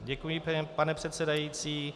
Děkuji, pane předsedající.